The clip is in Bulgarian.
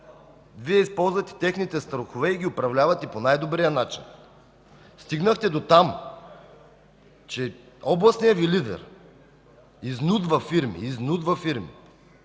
Вие използвате техните страхове и ги управлявате по най-добрия начин. Стигнахте до там, че областният Ви лидер изнудва фирми – като ги